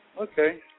Okay